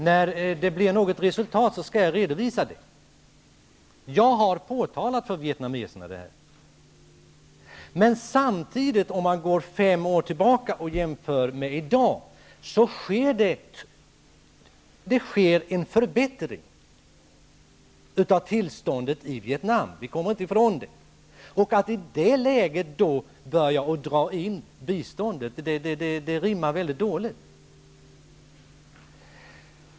När det blir något resultat, skall jag redovisa det. Jag har påtalat det här för vietnameserna. Samtidigt, om man går fem år tillbaka och jämför med i dag, finner man att det sker en förbättring av tillståndet i Vietnam. Vi kommer inte ifrån det. Att i det läget börja dra in biståndet rimmar väldigt dåligt.